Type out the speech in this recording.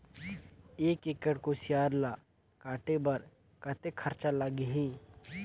एक एकड़ कुसियार ल काटे बर कतेक खरचा लगही?